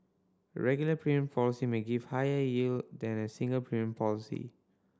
a regular premium policy may give higher yield than a single premium policy